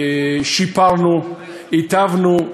שיפרנו, היטבנו,